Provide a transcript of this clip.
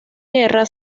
guerra